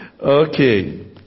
Okay